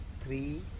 three